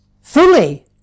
fully